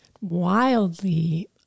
wildly